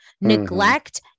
neglect